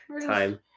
Time